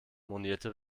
monierte